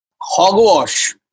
hogwash